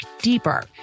deeper